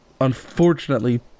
unfortunately